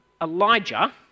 Elijah